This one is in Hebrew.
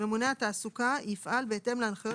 ממונה התעסוקה יפעל בהתאם להנחיות